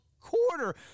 quarter